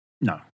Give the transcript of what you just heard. No